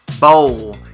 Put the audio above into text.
bowl